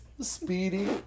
speedy